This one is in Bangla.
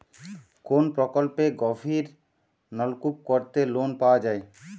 কোন প্রকল্পে গভির নলকুপ করতে লোন পাওয়া য়ায়?